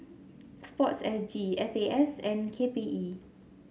sports S G F A S and K P E